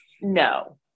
No